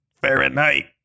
Fahrenheit